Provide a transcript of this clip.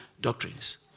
doctrines